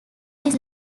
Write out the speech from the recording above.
this